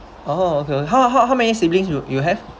oh okay how how how many siblings you you have